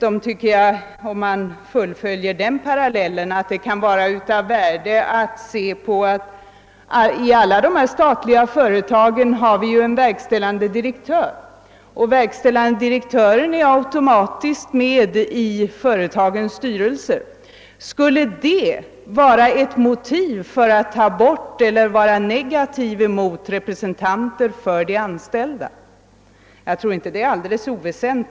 Om vi vidareutvecklar den parallellen kan vi konstatera att det i alla dessa statliga företag finns en verkställande direktör, som automatiskt är ledamot av företagets styrelse. Skulle det vara ett motiv för att ställa sig negativ till de anställdas representation i styrelsen?